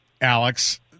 Alex